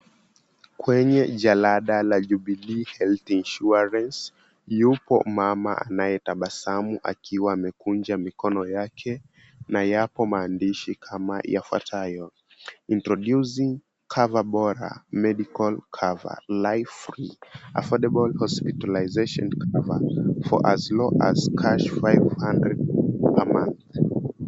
Kwenye jalada la Jubilee Health Insurance, yupo mama anayetabasamu akiwa amekunja mikono yake, na yapo maandishi kama yafuatayo, Introducing Cover Bora Medical Cover live free. Affordable hospitalization cover, for as low as cash 500 a month.